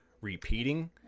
repeating